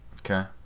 Okay